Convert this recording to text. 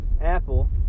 Apple